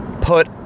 put